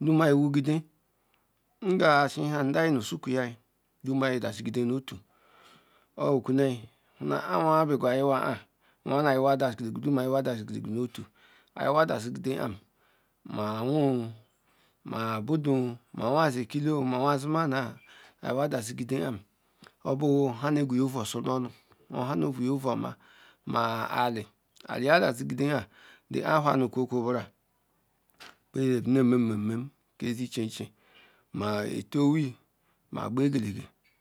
numa iwugide nga asihre nda nu sukrouhia adazigide notu okwu nam inukiza ah awouja beawa ayiwa ah iyehea daziri gide no otu. ma ahu ma aioiya zi budu awiya dazigide em obunha nogwuya ouu osomonu onu gweya ouu oma na ali ah awhair nu kwo kwo bezi ne me bmem nmem ziejie ejic ma nye tee ewi ma ogba egdege